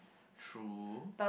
true